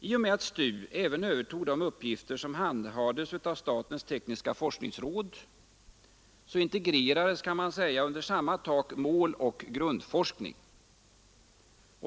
I och med att STU även övertog de uppgifter som handhades av statens tekniska forskningsråd integrerades kan man säga under samma tak måloch grundforskning.